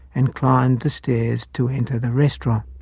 and climbed the stairs to enter the restaurant.